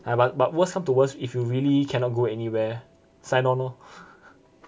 but but worst come to worst if you really cannot go anywhere sign on lor